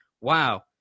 wow